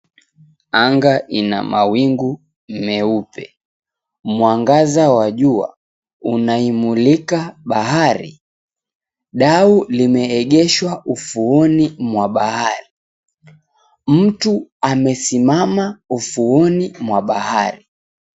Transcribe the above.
Anga ina mawingu meupe. Mwangaza wa jua unaimulika bahari. Dau limeegeshwa ufuoni mwa bahari. Mtu amesimama ufuoni mwa bahari.